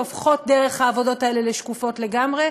שהופכות דרך העבודות האלה לשקופות לגמרי,